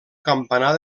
campanar